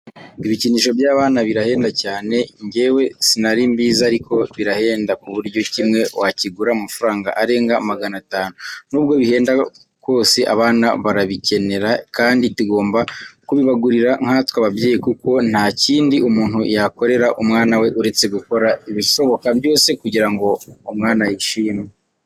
Ibikinisho by'abana birahenda cyane, njyewe sinarimbizi ariko birahenda ku buryo kimwe wakigura amafaranga arenga magana atanu, nubwo bihenda kose abana barabikenera kandi tugomba kubibagurira nkatwe ababyeyi kuko nta kindi umuntu yakorera umwana we uretse gukora ibishoboka byose kugira ngo umwana yishime.